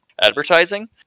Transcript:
advertising